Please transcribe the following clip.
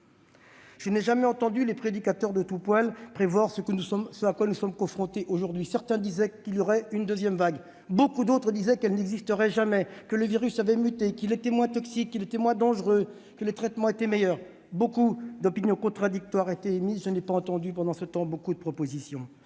Je n'ai jamais entendu les prédicateurs de tout poil prévoir ce à quoi nous sommes confrontés aujourd'hui. Certains disaient qu'il y aurait une deuxième vague, mais beaucoup d'autres qu'elle ne surviendrait jamais, que le virus avait muté, qu'il était moins toxique et moins dangereux, que les traitements étaient meilleurs ... De nombreuses opinions contradictoires ont été émises, mais je n'ai pas entendu beaucoup de propositions